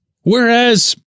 Whereas